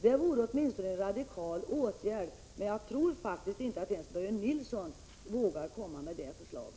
Det vore åtminstone en radikal åtgärd. Men jag tror faktiskt inte att ens Börje Nilsson vågar komma med detta förslag.